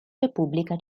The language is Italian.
repubblica